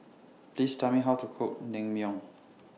Please Tell Me How to Cook Naengmyeon